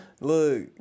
Look